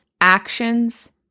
actions